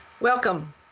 Welcome